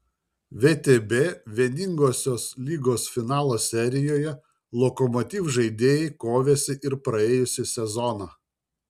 vtb vieningosios lygos finalo serijoje lokomotiv žaidėjai kovėsi ir praėjusį sezoną